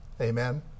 Amen